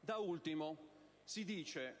Da ultimo, si dice: